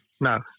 No